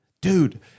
Dude